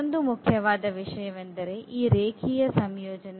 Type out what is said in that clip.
ಮತ್ತೊಂದು ಮುಖ್ಯವಾದ ವಿಷಯವೆಂದರೆ ಈ ರೇಖೀಯ ಸಂಯೋಜನೆ